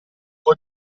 può